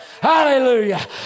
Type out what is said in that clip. Hallelujah